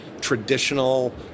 traditional